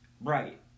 Right